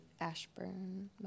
Ashburn